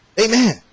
amen